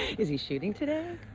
is he shooting today?